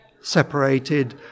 separated